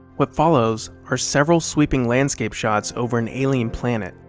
what follows are several sweeping landscape shots over an alien planet.